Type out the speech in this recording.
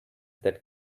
that